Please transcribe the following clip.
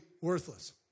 worthless